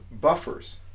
buffers